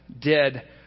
dead